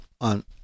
on